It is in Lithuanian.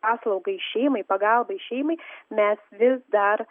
paslaugai šeimai pagalbai šeimai mes vis dar